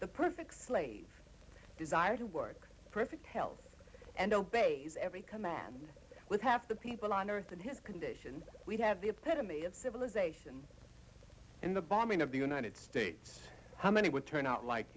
the perfect slave desire to work perfect health and obeys every command with half the people on earth and his condition we have the epitome of civilization in the bombing of the united states how many would turn out like